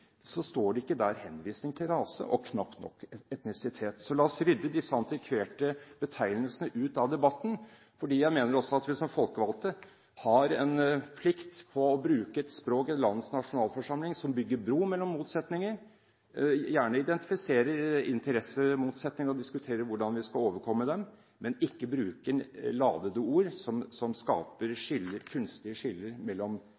så står det ikke der henvisning til rase, og knapt nok etnisitet. Så la oss rydde disse antikverte betegnelsene ut av debatten. Jeg mener også at vi som folkevalgte har en plikt til å bruke et språk i landets nasjonalforsamling som bygger bro mellom motsetninger, gjerne identifiserer interessemotsetninger og diskutere hvordan vi skal overkomme dem, men ikke bruker ladede ord som skaper kunstige skiller mellom